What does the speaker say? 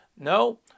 No